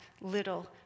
little